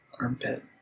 armpit